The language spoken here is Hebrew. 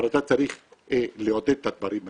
אבל צריך לעודד את הדברים האלה.